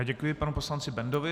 Děkuji panu poslanci Bendovi.